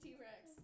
T-Rex